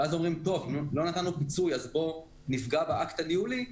ואז אומרים שאם לא נתנו פיצוי אז נפגע באקט הניהולי,